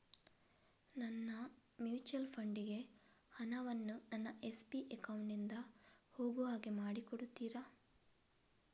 ನನ್ನ mutual fund ಗೆ ಹಣ ವನ್ನು ನನ್ನ ಎಸ್.ಬಿ ಅಕೌಂಟ್ ನಿಂದ ಹೋಗು ಹಾಗೆ ಮಾಡಿಕೊಡುತ್ತೀರಾ?